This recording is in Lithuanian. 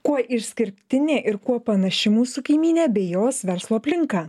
kuo išskirtinė ir kuo panaši mūsų kaimynė bei jos verslo aplinka